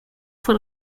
fue